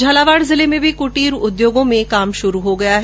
झालावाड़ जिले में भी कुटीर उद्योगों में काम शुरू हो गया है